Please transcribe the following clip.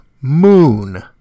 moon